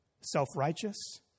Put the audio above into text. self-righteous